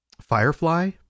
Firefly